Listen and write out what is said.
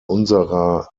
unserer